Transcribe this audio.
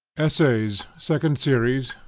essays, second series,